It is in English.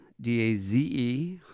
D-A-Z-E